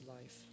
life